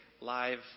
live